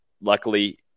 luckily